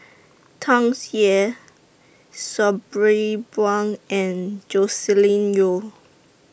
Tsung Yeh Sabri Buang and Joscelin Yeo